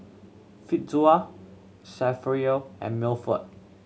Fitzhugh Saverio and Milford